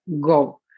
go